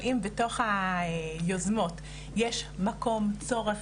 אבל, אם בתוך היוזמות, מקום או צורך,